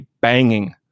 banging